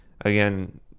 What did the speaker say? again